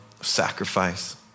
sacrifice